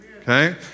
Okay